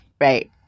Right